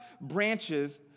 branches